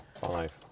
Five